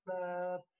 love